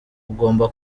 ugomba